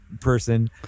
person